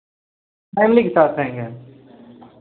family के साथ रहेंगे हम